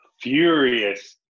furious